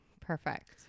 perfect